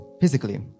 physically